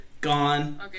Gone